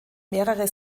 mehrere